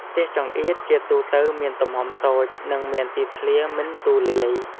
ផ្ទះចង្អៀតជាទូទៅមានទំហំតូច និងមានទីធ្លាមិនទូលាយ។